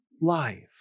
life